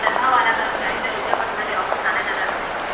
तनखा वाला करमचारी ल रोजे अपन घर ले ऑफिस आना जाना रथे